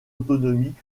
autonomie